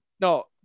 No